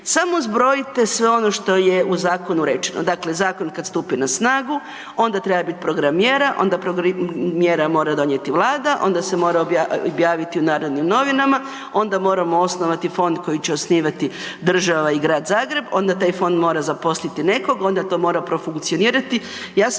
Samo zbrojite sve ono što je u zakonu rečeno, dakle zakon kad stupi na snagu, onda treba biti program mjera, onda program mjera mora donijeti Vlada, onda se mora objaviti u Narodnim novinama, onda moramo osnovati fond koji će osnivati država i grad Zagreb, onda taj fond mora zaposliti nekog, onda to mora profunkcionirati.